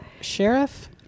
Sheriff